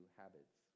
habits